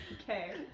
Okay